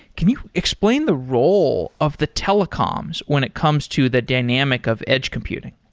can you explain the role of the telecoms when it comes to the dynamic of edge computing?